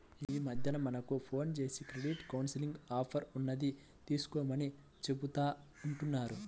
యీ మద్దెన మనకు ఫోన్ జేసి క్రెడిట్ కౌన్సిలింగ్ ఆఫర్ ఉన్నది తీసుకోమని చెబుతా ఉంటన్నారు